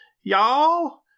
y'all